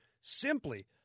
simply